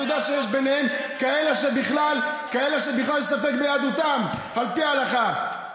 אתה יודע שיש ביניהם כאלה שבכלל יש ספק ביהדותם על פי ההלכה,